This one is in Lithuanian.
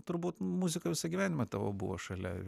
turbūt muzika visą gyvenimą tavo buvo šalia